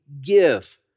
Give